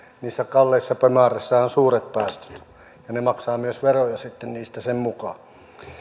niissä kalliissa bemareissahan on suuret päästöt ja ne maksavat myös veroja sitten niistä sen mukaan